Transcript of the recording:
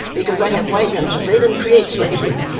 because i have white youngsters they didn't create slavery,